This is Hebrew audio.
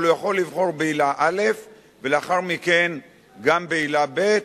אבל הוא יכול לבחור בעילה א' ולאחר מכן גם בעילה ב',